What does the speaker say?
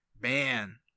Man